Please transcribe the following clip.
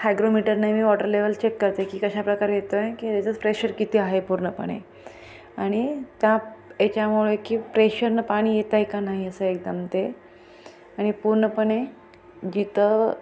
हायग्रोमीटरनं मी water level check करते की कशा प्रकारे येतो आहे की त्याचं प्रेशर किती आहे पूर्णपणे आणि त्या याच्यामुळे की प्रेशरनं पाणी येतं आहे का नाही असं एकदम ते आणि पूर्णपणे जिथं